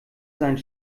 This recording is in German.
seinen